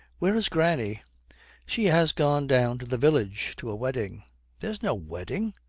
where is granny she has gone down to the village to a wedding there's no wedding.